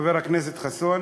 חבר הכנסת חסון.